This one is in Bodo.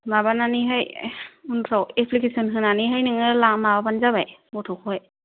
माबानानैहाय उनफ्राव एप्लिकेसन होनानैहाय नोङो माबाबानो जाबाय गथ'खौहाय